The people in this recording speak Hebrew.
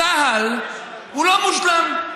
צה"ל הוא לא מושלם.